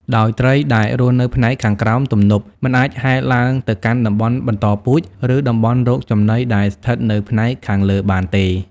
ដោយត្រីដែលរស់នៅផ្នែកខាងក្រោមទំនប់ មិនអាចហែលឡើងទៅកាន់តំបន់បន្តពូជ ឬតំបន់រកចំណីដែលស្ថិតនៅផ្នែកខាងលើបានទេ។